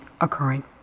occurring